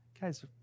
guys